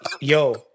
yo